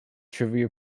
trivial